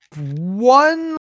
one